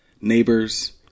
Neighbors